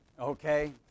Okay